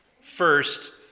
first